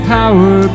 power